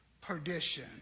perdition